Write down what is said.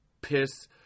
piss